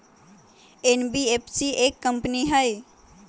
NBFC एक company हई?